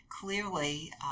clearly